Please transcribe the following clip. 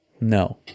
No